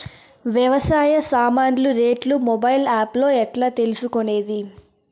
వ్యవసాయ సామాన్లు రేట్లు మొబైల్ ఆప్ లో ఎట్లా తెలుసుకునేది?